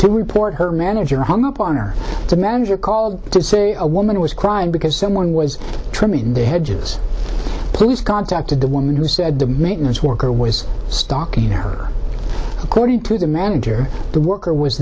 to report her manager hung up on or the manager called to say a woman was crying because someone was trimming the hedges police contacted the woman who said the maintenance worker was stalking her according to the manager the worker was